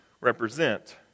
represent